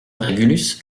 régulus